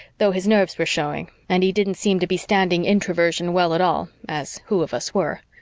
though his nerves were showing and he didn't seem to be standing introversion well at all, as who of us were?